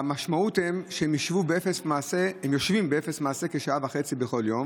והמשמעות היא שהם יושבים באפס מעשה כשעה וחצי בכל יום,